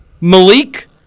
Malik